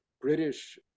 British